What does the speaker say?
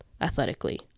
athletically